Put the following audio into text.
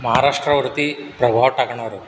महाराष्ट्रावरती प्रभाव टाकणारं